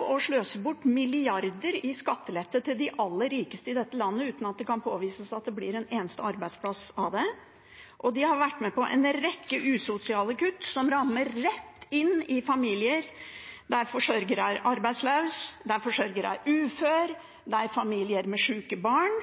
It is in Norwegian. å sløse bort milliarder i skattelette til de aller rikeste i dette landet uten at det kan påvises at det blir en eneste arbeidsplass av det. Og de har vært med på en rekke usosiale kutt som rammer familier der forsørgeren er arbeidsløs, der forsørgeren er ufør, der de lever med sjuke barn.